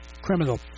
criminal